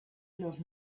los